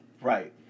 Right